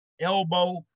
elbow